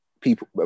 people